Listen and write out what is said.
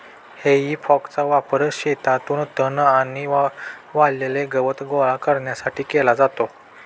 हेई फॉकचा वापर शेतातून तण आणि वाळलेले गवत गोळा करण्यासाठी केला जातो